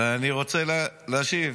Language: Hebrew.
אני הרי שמעתי אותו ואני רוצה להשיב.